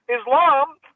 Islam